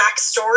backstory